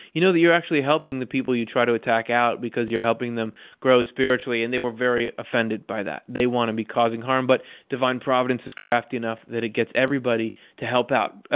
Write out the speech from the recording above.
you know that you're actually helping the people you try to attack because your helping them grow spiritually, and they were very offended by that. they want to be causing harm, but divine providence is crafty enough that it gets everybody to help out.